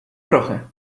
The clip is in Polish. trochę